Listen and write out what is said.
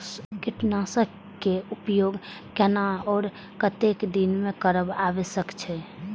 कीटनाशक के उपयोग केना आर कतेक दिन में करब आवश्यक छै?